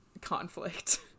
conflict